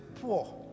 poor